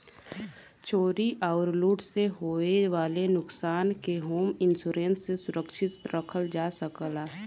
चोरी आउर लूट से होये वाले नुकसान के होम इंश्योरेंस से सुरक्षित रखल जा सकला